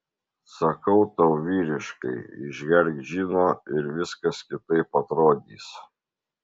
sakau tau vyriškai išgerk džino ir viskas kitaip atrodys